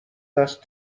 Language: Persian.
دست